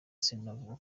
sinavuga